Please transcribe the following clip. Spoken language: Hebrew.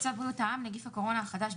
צו בריאות העם נגיף הקורונה החדש,